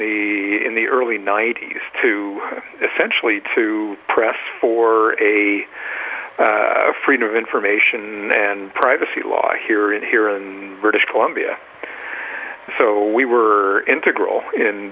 the in the early ninety's to essentially to press for a freedom of information and privacy laws here and here in british columbia so we were integral in